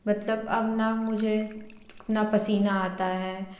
मतलब अब ना मुझे ना पसीना आता है